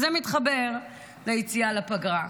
וזה מתחבר ליציאה לפגרה.